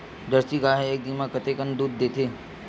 Jersey गाय ह एक दिन म कतेकन दूध देथे?